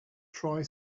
try